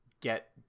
get